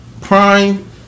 Prime